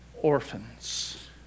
Orphans